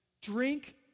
Drink